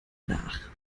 nach